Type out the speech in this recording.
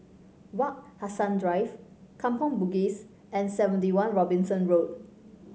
Wak Hassan Drive Kampong Bugis and Seventy One Robinson Road